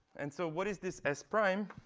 and so what is this s prime?